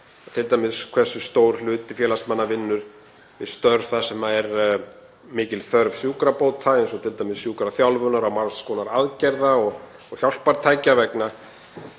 t.d. hversu stór hluti félagsmanna vinnur við störf þar sem er mikil þörf sjúkrabóta, t.d. sjúkraþjálfunar og margs konar aðgerða og hjálpartækja vegna